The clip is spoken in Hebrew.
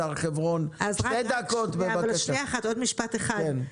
עוד משפט אחד,